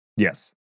Yes